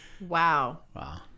Wow